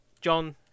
John